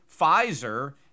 Pfizer